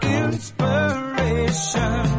inspiration